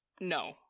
No